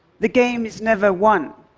the game is never won.